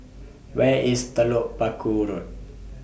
Where IS Telok Paku Road